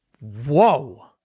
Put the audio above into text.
whoa